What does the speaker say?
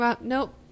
Nope